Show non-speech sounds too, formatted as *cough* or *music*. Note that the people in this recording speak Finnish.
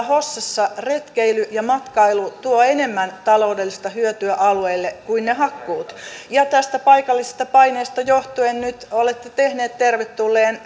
*unintelligible* hossassa retkeily ja matkailu tuo enemmän taloudellista hyötyä kuin hakkuut tästä paikallisesta paineesta johtuen nyt olette tehneet tervetulleen *unintelligible*